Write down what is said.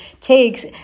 takes